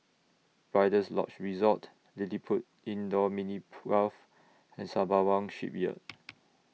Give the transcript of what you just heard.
Rider's Lodge Resort LilliPutt Indoor Mini Golf and Sembawang Shipyard